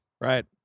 Right